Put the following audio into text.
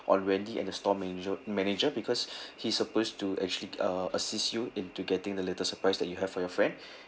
on wendy and the store manager manager because he supposed to actually uh assist you in to getting the little surprise that you have for your friend